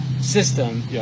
system